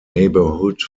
neighborhood